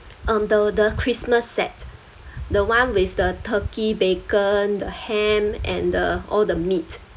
um the the christmas set the one with the turkey bacon the ham and the all the meat